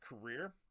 career